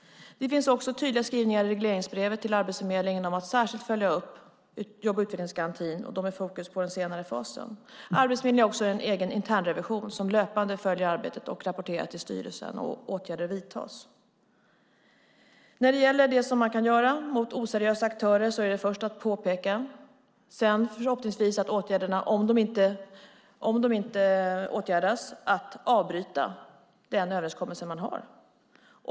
Det finns i regleringsbrevet till Arbetsförmedlingen tydliga skrivningar om att särskilt följa upp jobb och utvecklingsgarantin, med fokus på den senare fasen. Arbetsförmedlingen har även en internrevision som löpande följer arbetet och rapporterar till styrelsen, och åtgärder vidtas. När det gäller vad som kan göras mot oseriösa aktörer är den första åtgärden att påpeka felen. Om dessa inte åtgärdas är nästa steg att avbryta den överenskommelse man har.